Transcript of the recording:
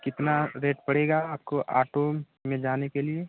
कितना रेट पड़ेगा आपको आटो में जाने के लिए